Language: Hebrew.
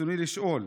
רצוני לשאול: